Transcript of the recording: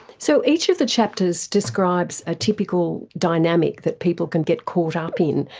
so each of the chapters describes a typical dynamic that people can get caught up in,